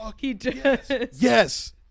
Yes